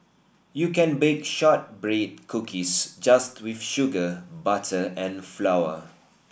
you can bake shortbread cookies just with sugar butter and flour